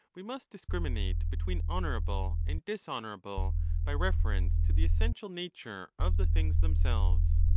we must discriminate between honourable and dishonourable by reference to the essential nature of the things themselves.